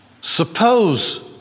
Suppose